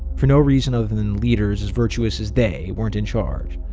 for no reason other than leaders as virtuous as they weren't in charge.